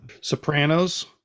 sopranos